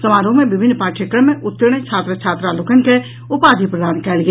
समारोह मे विभिन्न पाठ्यक्रम मे उत्तीर्ण छात्र छात्रा लोकनि के उपाधि प्रदान कयल गेल